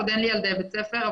עוד אין לי ילדי בית ספר,